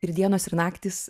ir dienos ir naktys